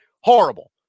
horrible